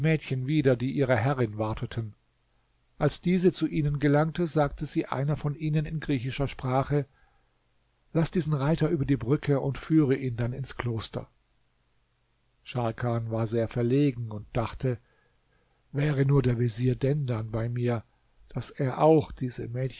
mädchen wieder die ihrer herrin warteten als diese zu ihnen gelangte sagte sie einer von ihnen in griechischer sprache laß diesen reiter über die brücke und führe ihn dann ins kloster scharkan war sehr verlegen und dachte wäre nur der vezier dendan bei mir daß er auch diese